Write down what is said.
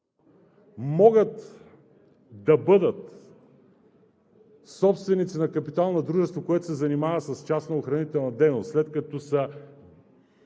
могат да бъдат собственици на капитал на дружество, което се занимава с частна охранителна дейност, след като са